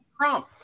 Trump